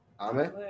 amen